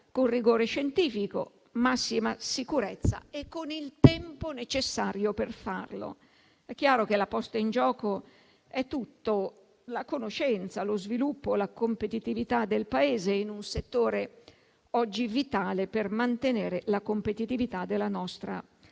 con rigore scientifico, massima sicurezza e il tempo necessario per farlo. È chiaro che la posta in gioco è tutto: la conoscenza, lo sviluppo, la competitività del Paese, in un settore oggi vitale per mantenere la competitività della nostra